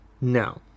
no